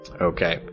Okay